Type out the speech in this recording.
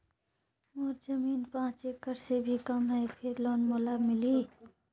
मोर जमीन पांच एकड़ से भी कम है फिर लोन मोला मिलही?